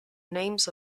names